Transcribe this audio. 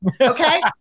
okay